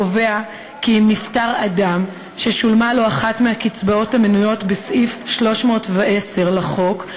קובע כי אם נפטר אדם ששולמה לו אחת הקצבאות המנויות בסעיף 310 לחוק,